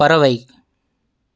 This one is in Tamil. பறவை